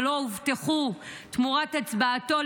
ותמורת הצבעתו,